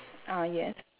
ah yes